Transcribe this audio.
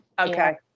Okay